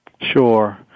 Sure